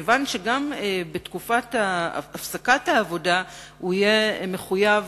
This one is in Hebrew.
כיוון שגם בתקופת הפסקת העבודה הוא יהיה מחויב